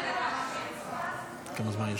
בבקשה,